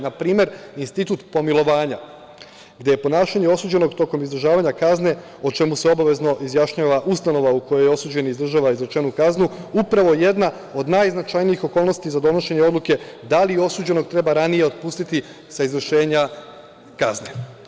Na primer, Institut pomilovanja, gde je ponašanje osuđenog tokom izdržavanja kazne, o čemu se obavezno izjašnjava ustanova u kojoj osuđeni izdržava izrečenu kaznu, upravo jedna od najznačajnijih okolnosti za donošenje odluke da li osuđenog treba ranije otpustiti sa izvršenja kazne.